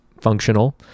functional